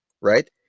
right